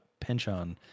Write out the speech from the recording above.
Pinchon